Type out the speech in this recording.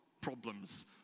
problems